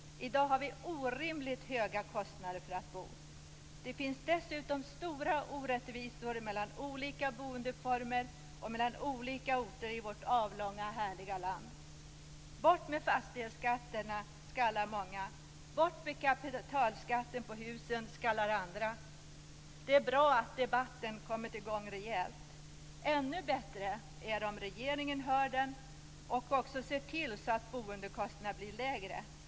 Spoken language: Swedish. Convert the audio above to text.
I dag har vi orimligt höga kostnader för att bo. Det finns dessutom stora orättvisor mellan olika boendeformer och mellan olika orter i vårt avlånga härliga land. Bort med fastighetsskatterna, skallar många. Bort med kapitalskatten på husen, skallar andra. Det är bra att debatten har kommit i gång rejält. Ännu bättre är det om regeringen hör den och ser till att boendekostnaderna blir lägre.